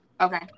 Okay